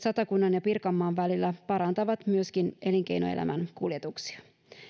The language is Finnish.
satakunnan ja pirkanmaan välillä parantavat myöskin elinkeinoelämän kuljetuksia